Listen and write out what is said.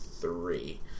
three